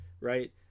Right